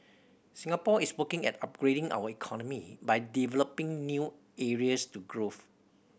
Singapore is working at upgrading our economy by developing new areas to growth